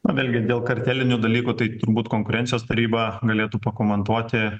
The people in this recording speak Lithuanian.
na vėlgi dėl kartelinių dalykų tai turbūt konkurencijos taryba galėtų pakomentuoti